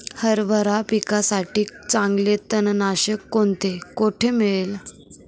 हरभरा पिकासाठी चांगले तणनाशक कोणते, कोठे मिळेल?